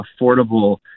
affordable